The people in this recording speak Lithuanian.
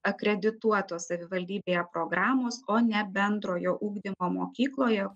akredituotos savivaldybėje programos o ne bendrojo ugdymo mokykloje